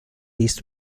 least